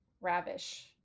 ravish